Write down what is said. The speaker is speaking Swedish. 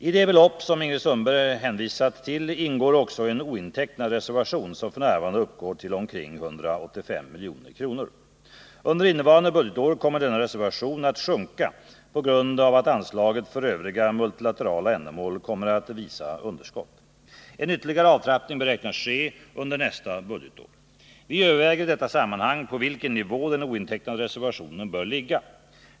I det belopp som Ingrid Sundberg hänvisat till ingår också en ointecknad reservation, som f. n. uppgår till omkring 185 milj.kr. Under innevarande budgetår kommer denna reservation att sjunka på grund av att anslaget för övriga multilaterala ändamål kommer att visa underskott. En ytterligare avtrappning beräknas ske under nästa budgetår. Vi överväger i detta sammanhang på vilken nivå den ointecknade reservationen bör ligga.